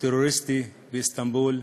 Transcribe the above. טרוריסטי, באיסטנבול,